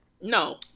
No